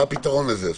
מה הפתרון לזה?